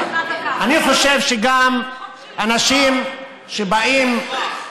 אני חושב שגם אנשים שבאים